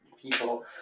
people